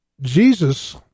Jesus